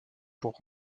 pour